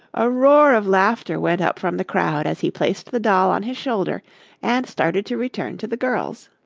a roar of laughter went up from the crowd as he placed the doll on his shoulder and started to return to the girls.